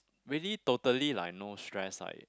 really totally like no stress like